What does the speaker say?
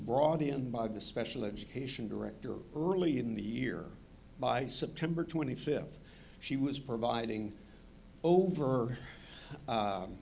brought in by the special education director early in the year by september twenty fifth she was providing over